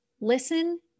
Listen